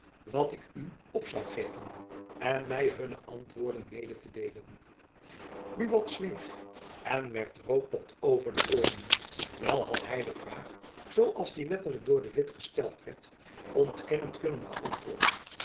wat ik u op zoû geven en my hunne antwoorden mede te deelen jacob van lennep elizabeth musch buat zweeg en werd rood tot over de ooren wel had hy de vraag zoo als die letterlijk door de witt gesteld werd ontkennend kunnen beantwoorden